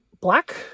Black